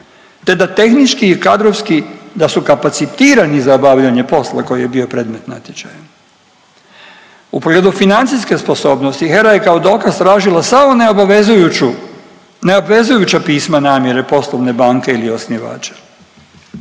te da tehnički i kadrovski da su kapacitirani za obavljanje posla koji je bio predmet natječaja. U pogledu financijske sposobnosti HERA je kao dokaz tražila samo neobavezujuću, neobvezujuća pisma namjere poslovne banke ili osnivača